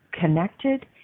connected